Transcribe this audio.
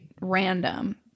random